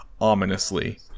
ominously